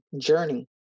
journey